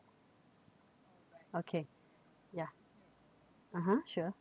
okay yeah ah ha sure